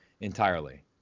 entirely